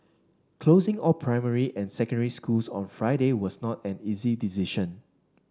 closing all primary and secondary schools on Friday was not an easy decision